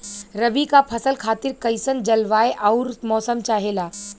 रबी क फसल खातिर कइसन जलवाय अउर मौसम चाहेला?